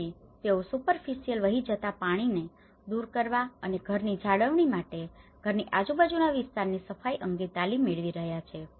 તેથી તેઓ સુપરફિસિયલ વહી જતા પાણીને દૂર કરવા ઘરની જાળવણી માટે ઘરની આજુબાજુના વિસ્તારની સફાઇ અંગે તાલીમ મેળવી રહ્યા છે